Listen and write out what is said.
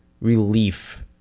relief